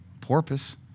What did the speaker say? porpoise